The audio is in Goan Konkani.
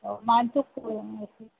मातसो पळोवन वेशी